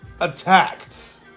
attacked